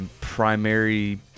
primary